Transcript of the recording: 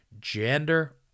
gender